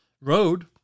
road